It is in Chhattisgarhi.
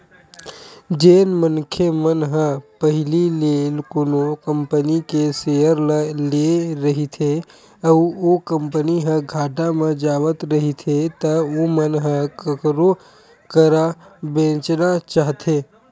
जेन मनखे मन ह पहिली ले कोनो कंपनी के सेयर ल लेए रहिथे अउ ओ कंपनी ह घाटा म जावत रहिथे त ओमन ह कखरो करा बेंचना चाहथे